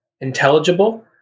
intelligible